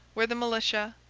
where the militia,